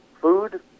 food